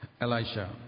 Elisha